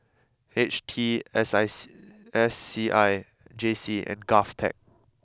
H T S S S C I J C and Govtech